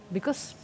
because